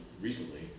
recently